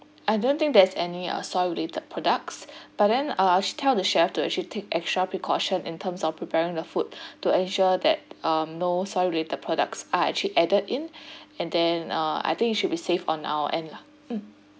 I don't think there's any uh soy related products but then uh actually tell the chef to actually take extra precaution in terms of preparing the food to ensure that um no soy related products are actually added in and then uh I think it should be safe on our end lah mm